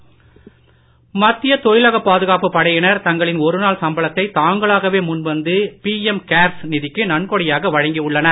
நன்கொடை மத்திய தொழிலக பாதுகாப்பு படையினர் தங்களின் ஒருநாள் சம்பளத்தை தாங்களாகவே முன் வந்து பிஎம் கேர்ஸ் நிதிக்கு நன்கொடையாக வழங்கி உள்ளனர்